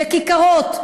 בכיכרות,